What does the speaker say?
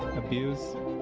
abuse,